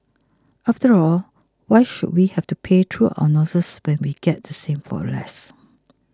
after all why should we have to pay through our noses when we can get the same for less